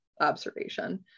Observation